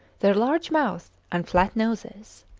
their large mouths and flat noses.